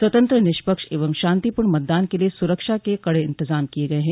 स्वतंत्र निष्पक्ष एवं शांतिपूर्ण मतदान के लिये सुरक्षा के कड़े इंतजाम किये गये हैं